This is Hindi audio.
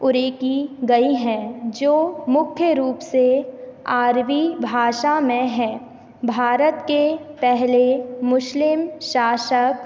उरेकी गई हैं जो मुख्य रूप से अरबी भाषा में हैं भारत के पहले मुस्लिम शासक